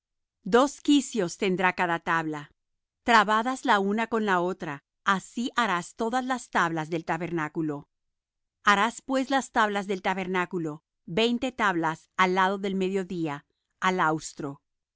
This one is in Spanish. dos quicios tendrá cada tabla trabadas la una con la otra así harás todas las tablas del tabernáculo harás pues las tablas del tabernáculo veinte tablas al lado del mediodía al austro